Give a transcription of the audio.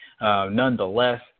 nonetheless